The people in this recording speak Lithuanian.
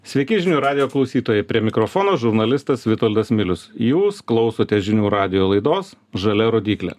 sveiki žinių radijo klausytojai prie mikrofono žurnalistas vitoldas milius jūs klausotės žinių radijo laidos žalia rodyklė